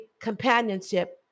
companionship